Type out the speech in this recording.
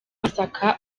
masaka